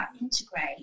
integrate